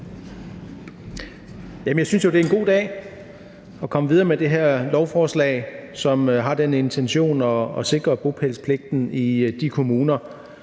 Jeg synes jo, det er en god dag at komme videre med det her lovforslag, som har den intention at sikre bopælspligten i de kommuner,